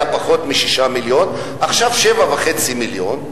פחות מ-6 מיליון ועכשיו היא 7.5 מיליון.